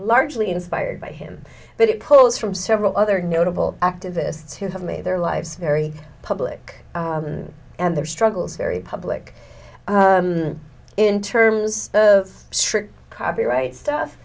largely inspired by him but it pulls from several other notable activists who have made their lives very public and their struggles very public in terms of copyright